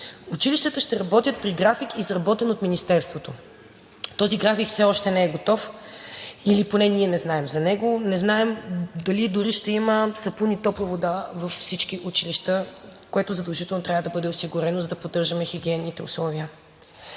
училищата ще работят при график, изработен от Министерството. Този график все още не е готов или поне ние не знаем за него. Не знаем дори дали ще има сапун и топла вода във всички училища, което задължително трябва да бъде осигурено, за да поддържаме хигиенните условия.